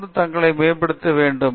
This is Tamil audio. தொடர்ந்து தங்களை மேம்படுத்த வேண்டும்